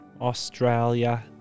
australia